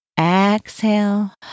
Exhale